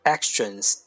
Actions